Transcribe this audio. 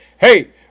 hey